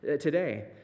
today